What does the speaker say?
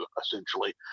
essentially